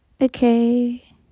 okay